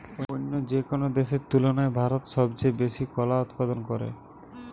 অন্য যেকোনো দেশের তুলনায় ভারত সবচেয়ে বেশি কলা উৎপাদন করে